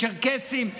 צ'רקסים,